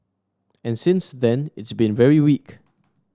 and since then it's been very weak